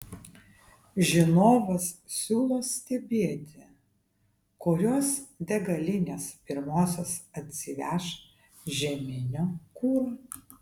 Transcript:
žinovas siūlo stebėti kurios degalinės pirmosios atsiveš žieminio kuro